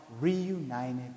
reunited